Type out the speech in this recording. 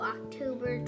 October